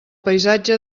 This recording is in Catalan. paisatge